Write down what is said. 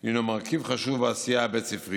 הוא מרכיב חשוב בעשייה הבית ספרית.